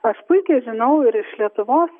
aš puikiai žinau ir iš lietuvos